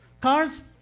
Cars